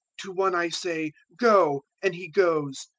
to one i say go, and he goes,